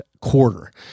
quarter